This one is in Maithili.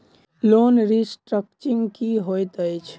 लोन रीस्ट्रक्चरिंग की होइत अछि?